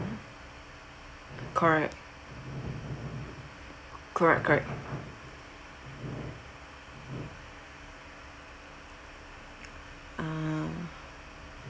correct correct correct ah